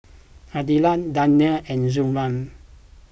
Aidil Daniel and Zamrud